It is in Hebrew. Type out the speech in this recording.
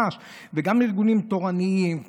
וגם ארגונים תורניים,